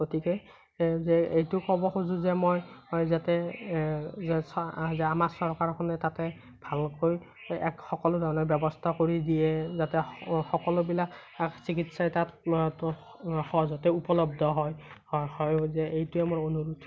গতিকে যে এইটো ক'ব খুজোঁ যে মই যাতে যে আমাৰ চৰকাৰখনে তাতে ভালকৈ এক সকলো ধৰণে ব্যৱস্থা কৰি দিয়ে যাতে স সকলোবিলাক চিকিৎসাই তাত সহজতে উপলব্ধ হয় এইটোৱেই মোৰ অনুৰোধ